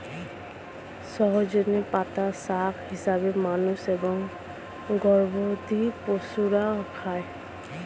সজনে পাতা শাক হিসেবে মানুষ এবং গবাদি পশুরা খায়